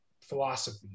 philosophy